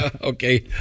Okay